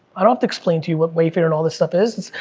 i don't have to explain to you what wayfair, and all of this stuff is,